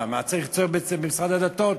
ומה צריך בעצם את משרד הדתות,